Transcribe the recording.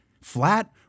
flat